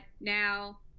now